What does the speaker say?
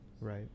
right